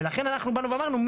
ולכן אנחנו באנו ואמרנו,